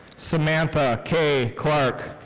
samantha kay clark.